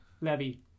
Levy